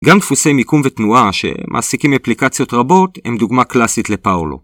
גם דפוסי מיקום ותנועה שמעסיקים אפליקציות רבות, הם דוגמה קלאסית ל-power law.